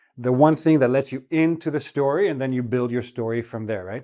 the one thing that lets you into the story and then you build your story from there, right?